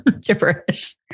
Gibberish